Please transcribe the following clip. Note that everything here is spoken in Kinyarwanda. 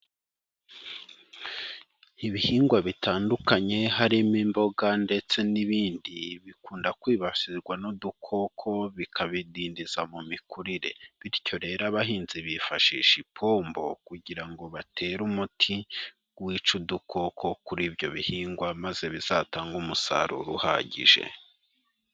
Ibihingwa bitandukanye, harimo imboga ndetse n'ibindi, bikunda kwibasirwa n'udukoko bikabidindiza mu mikurire. Bityo rero abahinzi bifashisha ipombo, kugira ngo batere umuti wica udukoko kuri ibyo bihingwa maze bizatange umusaruro uhagije.